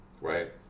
right